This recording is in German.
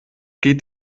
geht